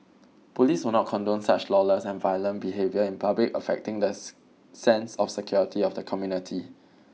police will not condone such lawless and violent behaviour in public affecting the sense of security of the community